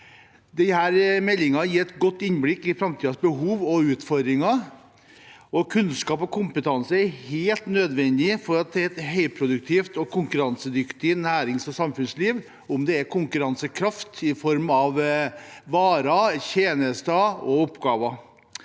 tid. Meldingen gir et godt innblikk i framtidens behov og utfordringer. Kunnskap og kompetanse er helt nødvendig for et høyproduktivt og konkurransedyktig nærings- og samfunnsliv, om det er konkurransekraft i form av varer, tjenester eller oppgaver.